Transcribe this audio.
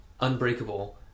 Unbreakable